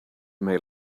may